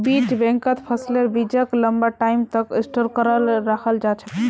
बीज बैंकत फसलेर बीजक लंबा टाइम तक स्टोर करे रखाल जा छेक